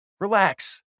Relax